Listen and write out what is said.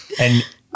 and-